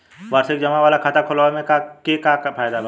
वार्षिकी जमा वाला खाता खोलवावे के का फायदा बा?